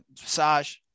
massage